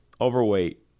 overweight